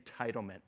entitlement